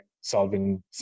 solving